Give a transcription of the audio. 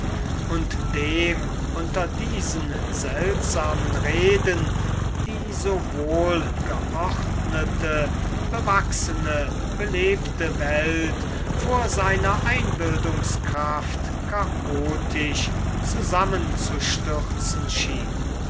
und dem unter diesen seltsamen reden die so wohl geordnete bewachsene belebte welt vor seiner einbildungskraft chaotisch zusammenzustürzen schien